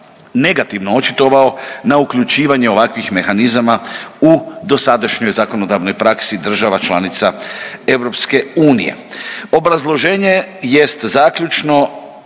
negativno očitovao na uključivanje ovakvih mehanizama u dosadašnjoj zakonodavnoj praksi država članica EU. Obrazloženje jest zaključno